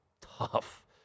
tough